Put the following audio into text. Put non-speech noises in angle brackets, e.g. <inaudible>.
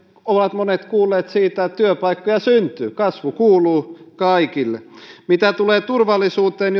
ovat monet kuulleet siitä että työpaikkoja syntyy kasvu kuuluu kaikille mitä tulee turvallisuuteen <unintelligible>